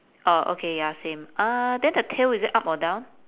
oh okay ya same uh then the tail is it up or down